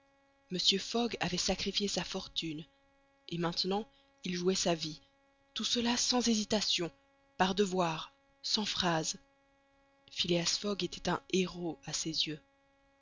mr fogg avait sacrifié sa fortune et maintenant il jouait sa vie tout cela sans hésitation par devoir sans phrases phileas fogg était un héros à ses yeux